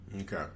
Okay